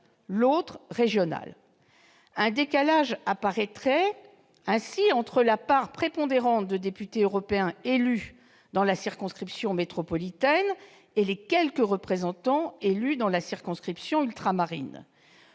l'autre régionale. Un décalage apparaîtrait ainsi entre la part, prépondérante, des députés européens élus dans la circonscription métropolitaine et les quelques représentants élus dans la circonscription ultramarine.